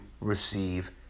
receive